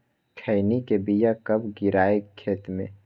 खैनी के बिया कब गिराइये खेत मे?